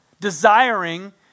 desiring